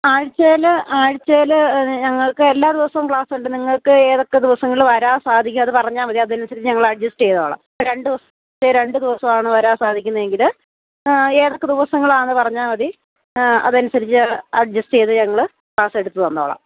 ആഴ്ചയില് ആഴ്ചയില് ഞങ്ങൾക്ക് എല്ലാ ദിവസവും ക്ലാസ്സുണ്ട് നിങ്ങൾക്ക് ഏതൊക്ക ദിവസങ്ങളില് വരാൻ സാധിക്കും അതു പറഞ്ഞാല് മതി അതിനനുസരിച്ച് ഞങ്ങള് അഡ്ജസ്റ്റെയ്തോളാം രണ്ടു ദിവസത്തെ രണ്ട് ദിവസമാണ് വരാൻ സാധിക്കുന്നതെങ്കില് ഏതൊക്കെ ദിവസങ്ങളാണെന്നു പറഞ്ഞാല് മതി അതനുസരിച്ച് അഡ്ജെസ്റ്റെയ്ത് ഞങ്ങള് ക്ലാസ്സെടുത്തു തന്നോളാം